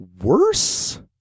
worse